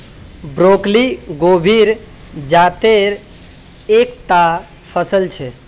broccoli गोभीर जातेर एक टा फसल छे